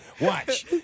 Watch